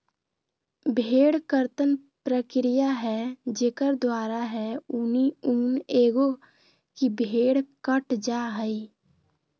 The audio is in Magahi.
भेड़ कर्तन प्रक्रिया है जेकर द्वारा है ऊनी ऊन एगो की भेड़ कट जा हइ